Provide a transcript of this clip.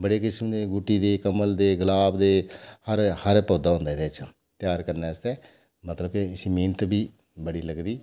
बड़े किस्म दे गुट्टी दे कमल दे गुलाब दे हर पौधा होंदा एह्दे च त्यार करने आस्तै मतलब इसी मैह्नत बी बड़ी लगदी